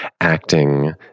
acting